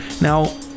now